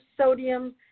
sodium